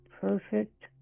perfect